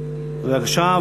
בבקשה,